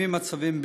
יש מצבים,